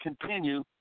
continue